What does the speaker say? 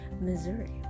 Missouri